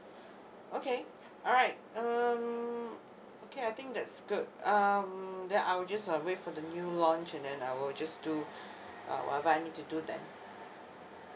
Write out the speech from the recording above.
okay alright um okay I think that's good um then I will just uh wait for the new launch and then I will just do uh whatever I need to do then